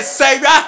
savior